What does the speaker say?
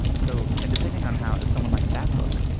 so and depending on how if someone likes that book,